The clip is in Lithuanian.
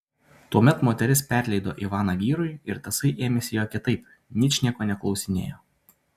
tuomet moteris perleido ivaną vyrui ir tasai ėmėsi jo kitaip ničnieko neklausinėjo